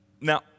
Now